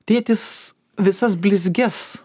tėtis visas blizgias